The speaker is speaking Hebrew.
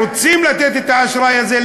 רוצים לתת את האשראי הזה,